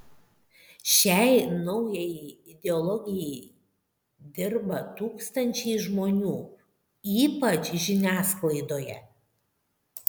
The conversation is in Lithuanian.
šiai naujajai ideologijai dirba tūkstančiai žmonių ypač žiniasklaidoje